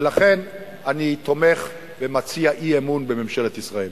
ולכן אני תומך ומציע אי-אמון בממשלת ישראל.